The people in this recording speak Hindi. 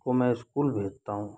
उसको मैं स्कूल भेजता हूँ